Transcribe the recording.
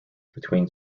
between